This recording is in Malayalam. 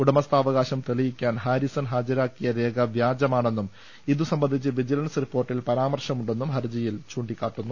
ഉടമസ്ഥാവകാശം തെളിയിക്കാൻ ഹാരിസൺ ഹാജരാക്കിയ രേഖ വ്യാജമാണെന്നും ഇതുസംബന്ധിച്ച് വിജി ലൻസ് റിപ്പോർട്ടിൽ പരാമർശമുണ്ടെന്നും ഹർജിയിൽ ചൂണ്ടിക്കാ ട്ടുന്നു